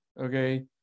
okay